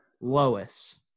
Lois